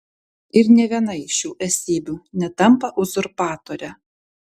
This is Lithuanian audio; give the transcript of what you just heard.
ir nė viena iš šių esybių netampa uzurpatore